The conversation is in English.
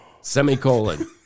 semicolon